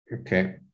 okay